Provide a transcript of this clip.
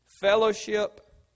fellowship